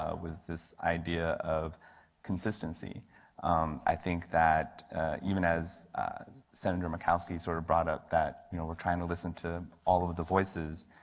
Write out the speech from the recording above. ah was this idea of consistency i think that even as as senator murkowski sort of brought up that you know we are trying to listen to all of of the voices,